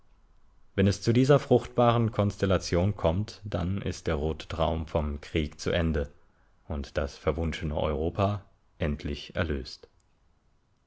wenn es zu dieser fruchtbaren konstellation kommt dann ist der rote traum vom krieg zu ende und das verwunschene europa endlich erlöst